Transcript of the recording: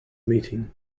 meeting